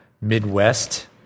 Midwest